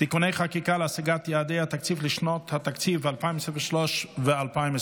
(תיקוני חקיקה להשגת יעדי התקציב לשנות התקציב 2023 ו-2024),